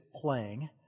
playing